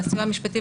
לסיוע המשפטי,